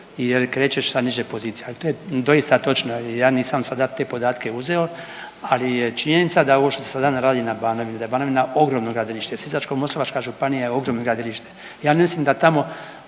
jer krećeš sa niže pozicije, ali to je doista točno, ja nisam sada te podatke uzeo, ali je činjenica da ovo što se sada radi na Banovini, da je Banovina ogromno gradilište, Sisačko-moslavačka županija je ogromno gradilište. Ja mislim da tamo